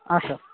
ಹಾಂ ಸರ್